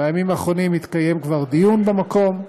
בימים האחרונים כבר התקיים דיון במקום,